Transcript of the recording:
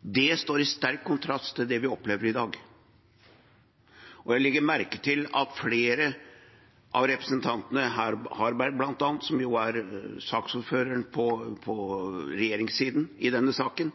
Det står i sterk kontrast til det vi opplever i dag. Jeg legger merke til at flere av representantene, bl.a. Harberg, som er saksordfører på regjeringssiden i denne saken,